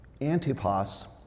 Antipas